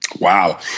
Wow